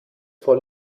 vor